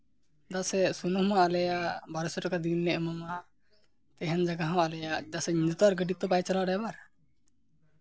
ᱪᱮᱫᱟᱜ ᱥᱮ ᱥᱩᱱᱩᱢ ᱦᱚᱸ ᱟᱞᱮᱭᱟᱜ ᱵᱟᱨᱚᱥᱚ ᱴᱟᱠᱟ ᱫᱤᱱᱞᱮ ᱮᱢᱟᱢᱟ ᱛᱟᱦᱮᱱ ᱡᱟᱭᱜᱟ ᱦᱚᱸ ᱟᱞᱮᱭᱟᱜ ᱪᱮᱫᱟᱜ ᱥᱮ ᱧᱤᱫᱟᱹ ᱛᱚ ᱟᱨ ᱜᱟᱹᱰᱤ ᱫᱚ ᱵᱟᱭ ᱪᱟᱞᱟᱣᱟ ᱰᱟᱭᱵᱷᱟᱨ